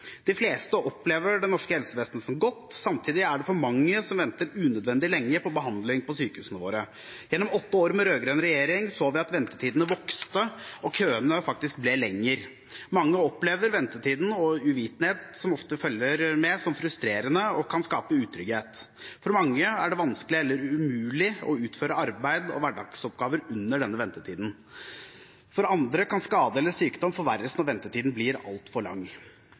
De fleste opplever det norske helsevesenet som godt. Samtidig er det for mange som venter unødvendig lenge på behandling på sykehusene våre. Gjennom åtte år med rød-grønn regjering så vi at ventetidene vokste, og køene ble lengre. Mange opplever ventetiden og uvitenheten som ofte følger med, som frustrerende, og det kan skape utrygghet. For mange er det vanskelig eller umulig å utføre arbeid og hverdagsoppgaver under denne ventetiden. For andre kan skade eller sykdom forverres når ventetiden blir altfor lang.